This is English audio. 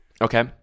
Okay